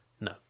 No